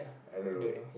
I don't know